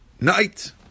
night